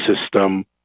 system